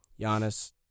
Giannis